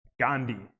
Gandhi